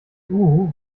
uhu